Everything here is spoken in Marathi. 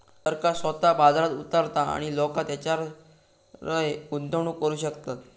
सरकार स्वतः बाजारात उतारता आणि लोका तेच्यारय गुंतवणूक करू शकतत